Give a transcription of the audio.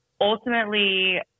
Ultimately